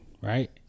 right